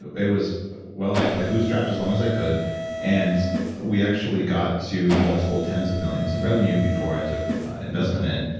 it was well, i i bootstrapped as long as i could and we actually got to multiple tens of millions in revenue before i took investment in.